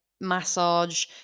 massage